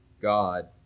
God